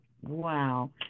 Wow